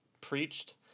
preached